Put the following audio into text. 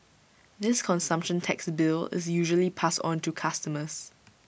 this consumption tax bill is usually passed on to customers